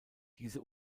diese